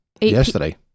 Yesterday